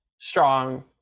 strong